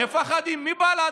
מפחדים מבל"ד.